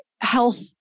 health